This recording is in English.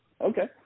Okay